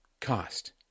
cost